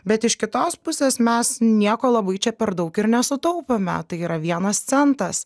bet iš kitos pusės mes nieko labai čia per daug ir nesutaupome tai yra vienas centas